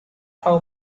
how